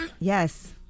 Yes